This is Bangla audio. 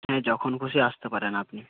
হ্যাঁ যখন খুশি আসতে পারেন আপনি